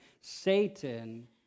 Satan